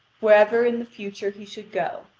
wherever in the future he should go.